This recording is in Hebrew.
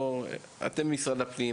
אתם משרד הפנים,